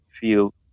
feel